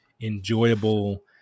enjoyable